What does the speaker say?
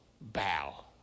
bow